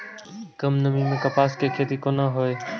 कम नमी मैं कपास के खेती कोना हुऐ?